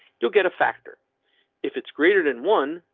you'll get a factor if it's greater than one,